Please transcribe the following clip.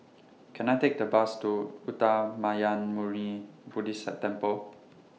Can I Take The Bus to Uttamayanmuni Buddhist Temple